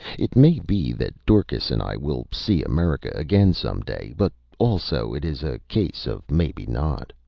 it may be that dorcas and i will see america again some day but also it is a case of maybe not.